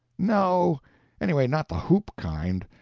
no anyway, not the hoop kind.